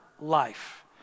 life